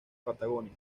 patagonia